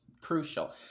crucial